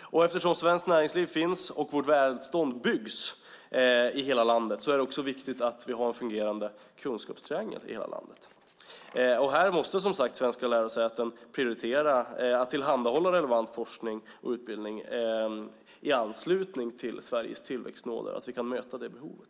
och eftersom svenskt näringsliv finns och vårt välstånd byggs i hela landet är det viktigt att vi har en fungerande kunskapstriangel i hela landet. Här måste som sagt svenska lärosäten prioritera att tillhandahålla relevant forskning och utbildning i anslutning till Sveriges tillväxtnoder så att vi kan möta det behovet.